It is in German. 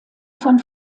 von